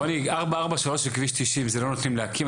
רוני, 443 וכביש 90 זה לא נותנים להקים?